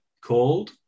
called